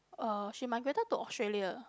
uh she migrated to Australia